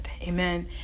amen